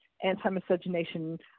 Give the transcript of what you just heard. anti-miscegenation